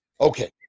Okay